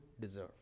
deserve